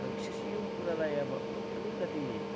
र विशेष यो कुरालाई अब अलिकति